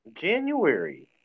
January